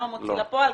גם המוציא לפועל,